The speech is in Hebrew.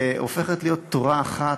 הופכת להיות תורה אחת,